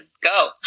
go